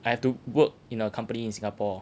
I have to work in a company in singapore